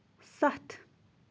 سَتھ